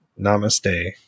Namaste